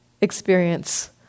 experience